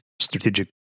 Strategic